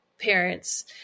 parents